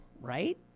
right